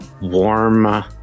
warm